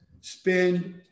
spend